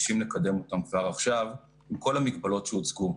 מבקשים לקדם כבר עכשיו עם כל המגבלות שהוצגו.